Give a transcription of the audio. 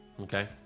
Okay